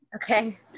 Okay